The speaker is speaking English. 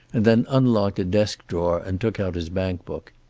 and then unlocked a desk drawer and took out his bankbook.